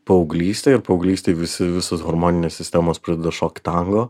paauglystė ir paauglystėje visi visos hormoninės sistemos pradeda šokti tango